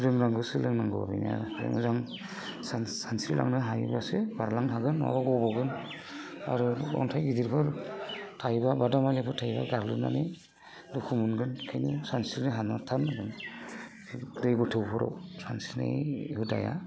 रोंनांगौ सोलोंनांगौ ओरैनो ओमफ्राय मोजां सानस्रिलांनो हायोब्लासो बारलांनो हागोन नङाब्ला गबगोन आरो अनथाइ गिदिरफोर थायोब्ला बादामालिफोर थायोब्ला गारलुननानै दुखु मोनगोन ओंखायनो सानस्रिनो हानहरथारनांगोन दै गोथौफोराव सानस्रिनाय हुदाया